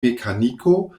mekaniko